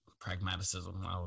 pragmatism